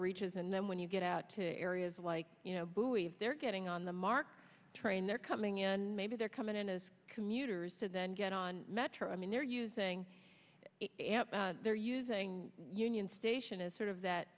reaches and then when you get out to areas like you know buoy if they're getting on the mark train they're coming in maybe they're coming in as commuters to then get on metro i mean they're using they're using union station as sort of that